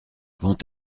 vont